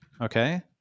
Okay